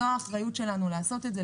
והאחריות שלנו היא לעשות את זה.